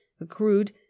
accrued